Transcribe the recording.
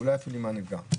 ואולי אפילו עם עניבה,